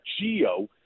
GEO